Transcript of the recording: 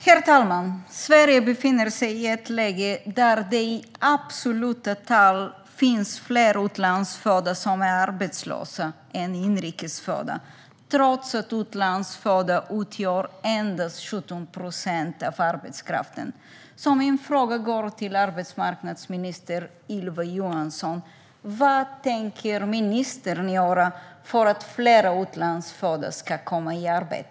Herr talman! Sverige befinner sig i ett läge där det i absoluta tal finns fler utlandsfödda än inrikes födda som är arbetslösa, trots att utlandsfödda utgör endast 17 procent av arbetskraften. Min fråga går därför till arbetsmarknadsminister Ylva Johansson: Vad tänker ministern göra för att fler utlandsfödda ska komma i arbete?